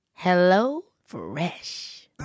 HelloFresh